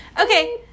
Okay